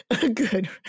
Good